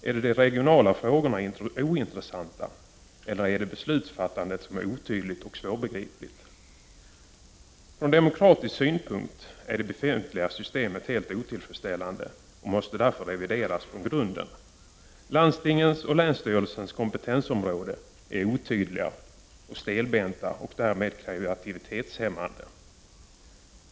Är de regionala frågorna ointressanta, eller är det beslutsfattandet som är otydligt och svårbegripligt? Från demokratisk synpunkt är det befintliga systemet helt otillfredsställande, och det måste därför revideras från grunden. Landstingens och länsstyrelsernas kompetensområden är otydliga och stelbenta och därmed kreaktivitetshämmande.